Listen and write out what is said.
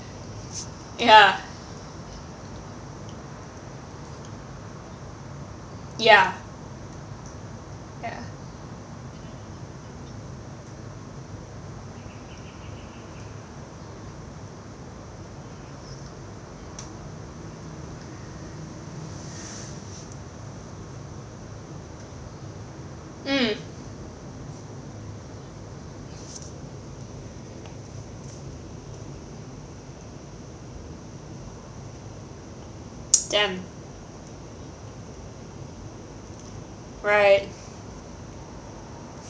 ya ya ya mm damn right